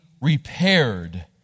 repaired